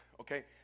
Okay